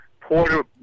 Porter